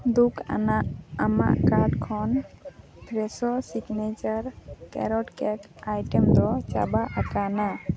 ᱫᱩᱠᱷ ᱟᱱᱟᱜ ᱟᱢᱟᱜ ᱠᱟᱨᱰ ᱠᱷᱚᱱ ᱯᱷᱨᱮᱥᱳ ᱥᱤᱜᱽᱱᱮᱪᱟᱨ ᱠᱮᱨᱚᱴ ᱠᱮ ᱠ ᱟᱭᱴᱮᱢ ᱫᱚ ᱪᱟᱵᱟ ᱟᱠᱟᱱᱟ